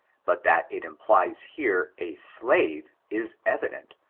but that it implies here, a slave, is evident,